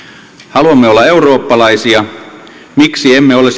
haluamme olla eurooppalaisia miksi emme ole